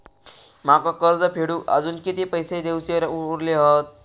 माका कर्ज फेडूक आजुन किती पैशे देऊचे उरले हत?